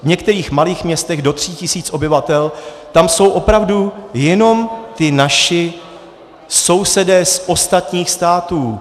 V některých malých městech do 3 tisíc obyvatel jsou opravdu jenom ti naši sousedé z ostatních států.